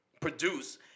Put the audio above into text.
produce